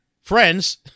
friends